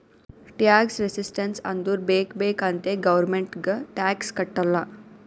tax resistance ಅಂದುರ್ ಬೇಕ್ ಬೇಕ್ ಅಂತೆ ಗೌರ್ಮೆಂಟ್ಗ್ ಟ್ಯಾಕ್ಸ್ ಕಟ್ಟಲ್ಲ